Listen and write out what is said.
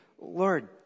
Lord